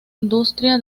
industria